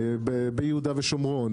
ביהודה ושומרון,